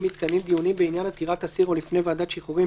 אם מתקיימים דיונים בעניין עתירת אסיר או לפני ועדת שחרורים